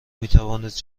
میتوانست